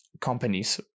companies